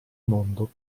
mondo